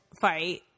fight